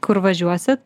kur važiuosit